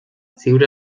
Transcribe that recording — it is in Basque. ziur